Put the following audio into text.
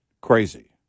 crazy